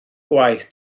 gwaith